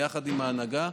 ביחד עם ההנהגה,